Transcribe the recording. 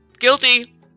guilty